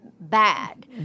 bad